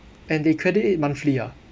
and they credit it monthly ah